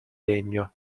legno